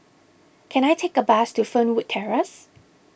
can I take a bus to Fernwood Terrace